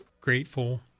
grateful